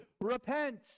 Repent